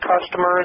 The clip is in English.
customers